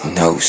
no